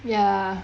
ya